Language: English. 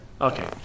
Okay